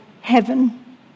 heaven